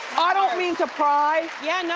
ah don't mean to pry yeah,